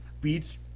Beach